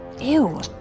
Ew